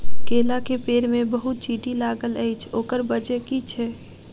केला केँ पेड़ मे बहुत चींटी लागल अछि, ओकर बजय की छै?